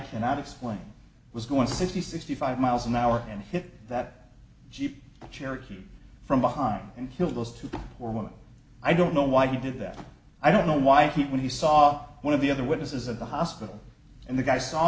cannot explain was going sixty sixty five miles an hour and hit that jeep cherokee from behind and kill those to the hormone i don't know why you did that i don't know why he when he saw one of the other witnesses at the hospital and the guy saw